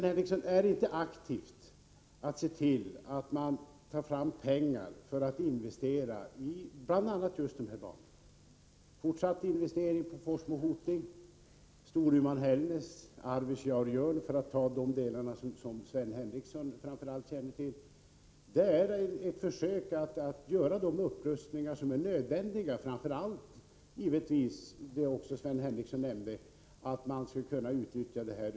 Herr talman! Är det inte aktivt, Sven Henricsson, att se till att man tar fram pengar för att investera i bl.a. just de här banorna? Fortsatta investeringar har skett i sträckorna Forsmo-Hoting, Storuman-Hällnäs och Arvidsjaur Jörn, för att ta de sträckor som Sven Henricsson främst känner till. Där pågår försök att göra de upprustningar som är nödvändiga, framför allt för att industrin, som Sven Henricsson nämnde, skall kunna utnyttja järnvägen.